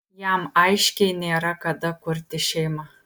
jam aiškiai nėra kada kurti šeimą